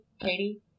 Katie